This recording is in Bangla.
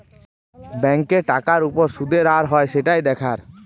ব্যাংকে টাকার উপর শুদের হার হয় সেটাই দেখার